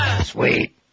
Sweet